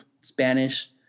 Spanish